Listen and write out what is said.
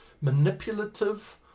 manipulative